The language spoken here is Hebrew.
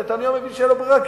כי נתניהו מבין שאין לו ברירה,